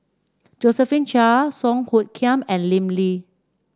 Josephine Chia Song Hoot Kiam and Lim Lee